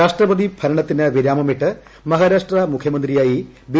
രാഷ്ട്രപതി ഭരണത്തിന് വിരാമമിട്ട് മഹാരാഷ്ട്ര മുഖ്യമന്ത്രിയായി ബി